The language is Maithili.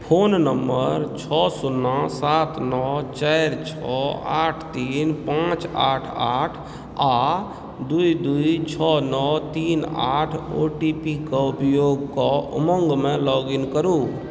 फोन नम्बर छओ सुन्ना सात नओ चारि छओ आठ तीन पाँच आठ आठ आओर दुइ दुइ छओ नओ तीन आठ ओटीपीके उपयोग कऽ उमङ्गमे लॉग इन करू